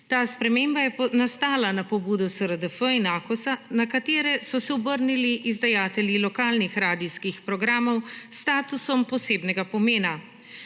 Ta sprememba je nastala na pobudo SRDF in Akosa, na katere so se obrnili izdajatelji lokalnih radijskih programov s statusom posebnega pomena.